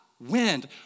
wind